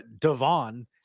Devon